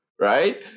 right